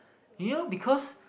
you know because